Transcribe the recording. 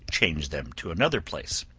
change them to another place.